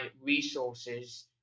resources